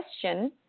question